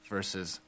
versus